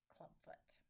Clubfoot